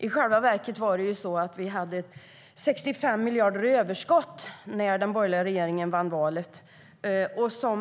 I själva verket hade vi 65 miljarder i överskott när den borgerliga regeringen tillträdde efter valet.